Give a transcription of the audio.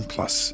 Plus